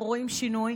אנחנו רואים שינוי.